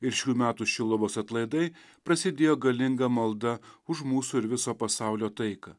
ir šių metų šiluvos atlaidai prasidėjo galinga malda už mūsų ir viso pasaulio taiką